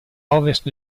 ovest